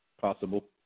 possible